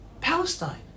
Palestine